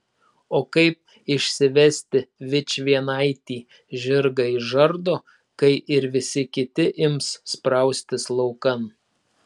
o kaip išsivesti vičvienaitį žirgą iš žardo kai ir visi kiti ims spraustis laukan